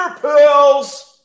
PILLS